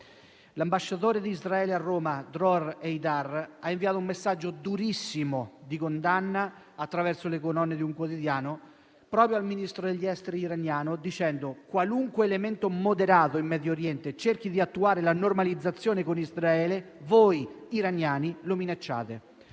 L'ambasciatore di Israele a Roma Dror Eydar ha inviato un messaggio durissimo di condanna, attraverso le colonne di un quotidiano, proprio al Ministro degli esteri iraniano, dicendo: «qualunque elemento moderato in Medio Oriente cerchi di attuare la normalizzazione con Israele, voi iraniani lo minacciate».